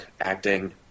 acting